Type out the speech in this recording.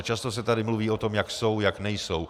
Často se tady mluví o tom, jak jsou, jak nejsou.